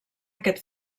aquest